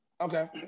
Okay